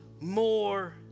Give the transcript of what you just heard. more